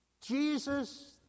Jesus